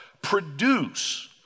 produce